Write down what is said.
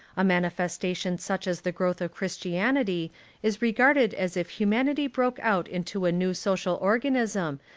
a manifesta tion such as the growth of christianity is re garded as if humanity broke out into a new social organism,